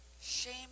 Shame